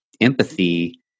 empathy